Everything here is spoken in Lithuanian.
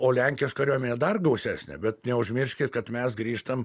o lenkijos kariuomenė dar gausesnė bet neužmirškit kad mes grįžtam